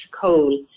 coal